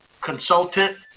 consultant